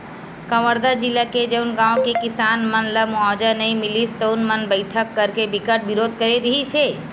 कवर्धा जिला के जउन गाँव के किसान मन ल मुवावजा नइ मिलिस तउन मन बइठका करके बिकट बिरोध करे रिहिस हे